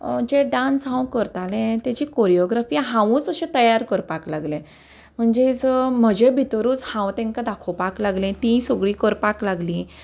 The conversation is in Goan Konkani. जे डान्स हांव करताले तेजी कोरियोग्राफी हांवूच अशें तयार करपाक लागले म्हणजेच म्हजे भितरूच हांव तेंकां दाखोवपाक लागलें ती सगळी करपाक लागली